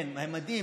כן, מדהים.